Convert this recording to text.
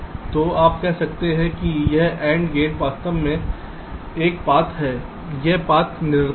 तो आप कह सकते हैं कि यह AND गेट वास्तव में यह मार्ग है यह पथ निरर्थक है